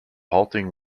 halting